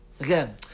Again